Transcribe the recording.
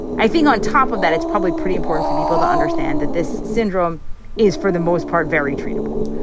i think on top of that, it's probably pretty important for people to understand that this syndrome is, for the most part, very treatable.